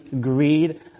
greed